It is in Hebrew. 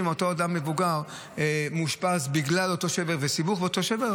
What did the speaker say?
אותו אדם מבוגר מאושפז בגלל אותו שבר וסיבוך מאותו שבר,